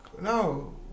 no